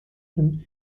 hin